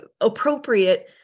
appropriate